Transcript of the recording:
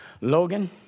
Logan